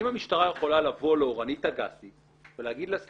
השאלה היא האם המשטרה יכולה לבוא לאורנית אגסי ולהגיד לה,